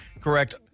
correct